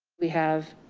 we have